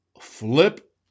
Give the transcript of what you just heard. Flip